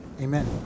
amen